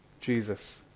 Jesus